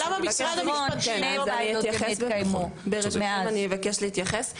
אבל למה משרד המשפטים לא ברשותכם אני אבקש להתייחס.